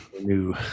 new